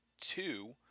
two